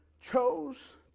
chose